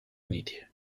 uniti